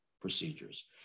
procedures